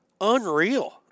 Unreal